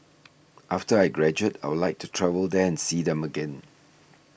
after I graduate I'd like to travel there and see them again